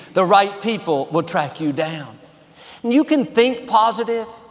the right people will track you down. and you can think positive,